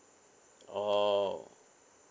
oh